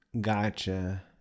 Gotcha